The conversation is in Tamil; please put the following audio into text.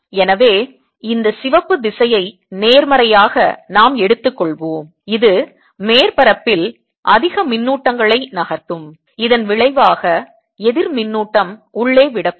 எனவே இந்த சிவப்பு திசையை நேர்மறையாக நாம் எடுத்துக்கொள்வோம் இது மேற்பரப்பில் அதிக மின்னூட்டங்களை நகர்த்தும் இதன் விளைவாக எதிர் மின்னூட்டம் உள்ளே விடப்படும்